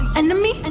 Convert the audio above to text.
enemy